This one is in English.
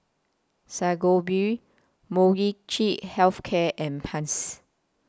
Sangobion Molnylcke Health Care and Pansy